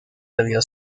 debió